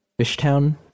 Fishtown